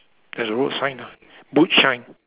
there's a road sign ah boot shine